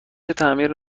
تعمیر